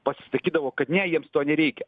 pasisakydavo kad ne jiems to nereikia